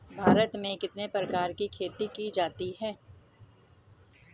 भारत में कितने प्रकार की खेती की जाती हैं?